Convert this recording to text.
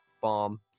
Bomb